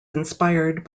inspired